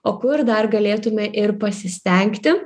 o kur dar galėtume ir pasistengti